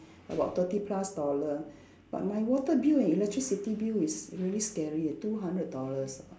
about thirty plus dollar but my water bill and electricity bill is really scary two hundred dollars ah